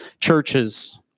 churches